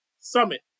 Summit